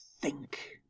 think